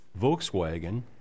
Volkswagen